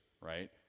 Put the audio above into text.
right